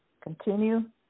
continue